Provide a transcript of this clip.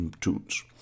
tunes